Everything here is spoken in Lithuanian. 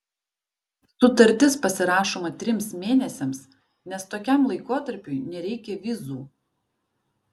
sutartis pasirašoma trims mėnesiams nes tokiam laikotarpiui nereikia vizų